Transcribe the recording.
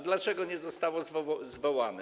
Dlaczego nie zostało ono zwołane?